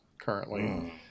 currently